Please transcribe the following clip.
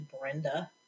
Brenda